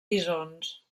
bisons